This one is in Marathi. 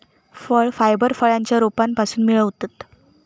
फळ फायबर फळांच्या रोपांपासून मिळवतत